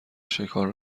شکار